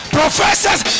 professors